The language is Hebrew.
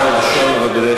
יש לך עוד שלוש שניות.